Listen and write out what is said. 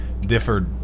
differed